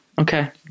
Okay